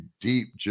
deep